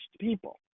people